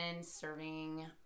serving